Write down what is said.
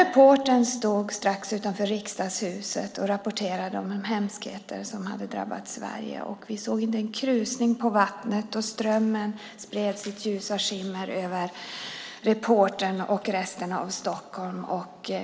Reportern stod strax utanför Riksdagshuset och rapporterade om de hemskheter som hade drabbat Sverige. Vi såg inte en krusning på vattnet. Strömmen spred sitt ljusa skimmer över reportern och resten av Stockholm.